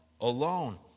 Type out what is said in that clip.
alone